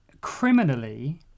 criminally